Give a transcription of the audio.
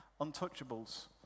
untouchables